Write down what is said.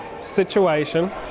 situation